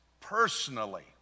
personally